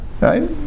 Right